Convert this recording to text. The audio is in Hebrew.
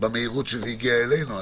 במהירות שזה הגיע אלינו.